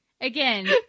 again